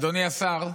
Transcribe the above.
אדוני השר,